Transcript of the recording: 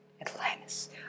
Atlantis